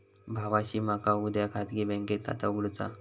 भावाशी मका उद्या खाजगी बँकेत खाता उघडुचा हा